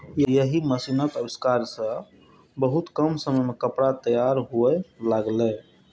एहि मशीनक आविष्कार सं बहुत कम समय मे कपड़ा तैयार हुअय लागलै